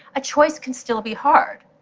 a choice can still be hard.